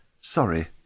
Sorry